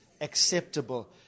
acceptable